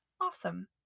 Awesome